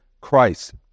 Christ